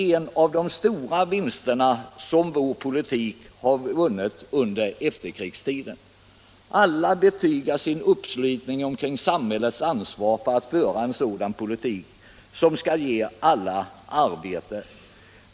En av de stora vinster som vår politik under efterkrigstiden har medfört är just att alla nu betygar sin uppslutning kring samhällets ansvar för att vi för en politik som skall ge alla arbete.